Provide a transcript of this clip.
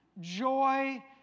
joy